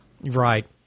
Right